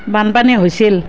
বানপানী হৈছিল